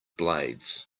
blades